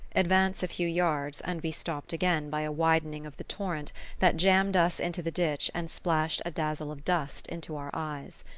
advance a few yards, and be stopped again by a widening of the torrent that jammed us into the ditch and splashed a dazzle of dust into our eyes.